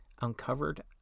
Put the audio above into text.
uncovered